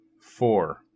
four